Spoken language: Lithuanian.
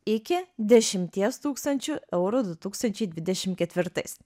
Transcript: iki dešimties tūkstančių eurų du tūkstančiai dvidešimt ketvirtais